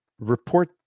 report